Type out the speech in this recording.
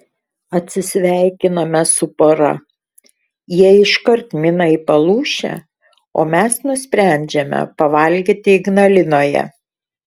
atsisveikiname su pora jie iškart mina į palūšę o mes nusprendžiame pavalgyti ignalinoje